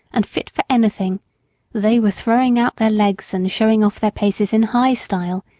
and fit for anything they were throwing out their legs and showing off their paces in high style,